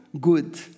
Good